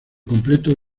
completo